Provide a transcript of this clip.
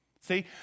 See